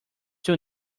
too